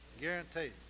Guaranteed